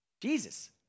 Jesus